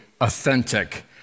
authentic